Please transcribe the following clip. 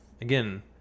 again